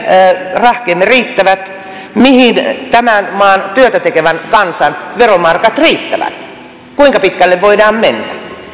rahkeemme riittävät mihin tämän maan työtä tekevän kansan veromarkat riittävät kuinka pitkälle voidaan mennä